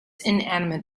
inanimate